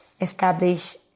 establish